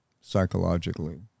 Psychologically